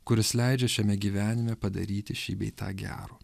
kuris leidžia šiame gyvenime padaryti šį bei tą gero